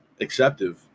acceptive